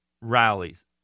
rallies